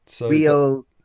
Real